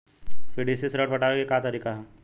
PDC से ऋण पटावे के का तरीका ह?